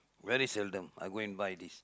very seldom I go and buy this